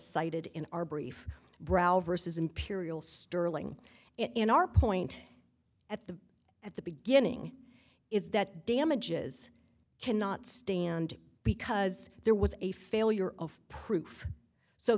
cited in our brief brow versus imperial sterling in our point at the beginning is that damages cannot stand because there was a failure of proof so